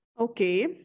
Okay